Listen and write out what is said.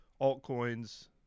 altcoins